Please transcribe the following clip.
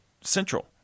central